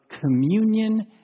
communion